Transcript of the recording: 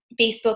Facebook